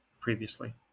previously